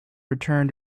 return